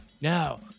Now